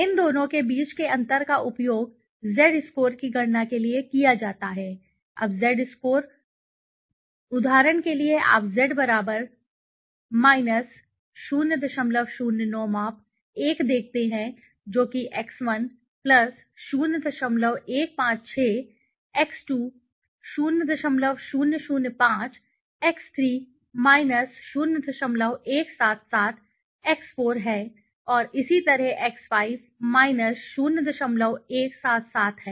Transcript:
इन दोनों के बीच के अंतर का उपयोग यहाँ Z स्कोर की गणना के लिए किया जाता है अब Z स्कोर उदाहरण के लिए आप Z 009 माप 1 देखते हैं जो कि X1 0156 x2 0005 x3 0177 x4 है और इसी तरह x5 0177 के लिए है